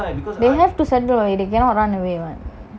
they have to settle [what] they cannot run away [what]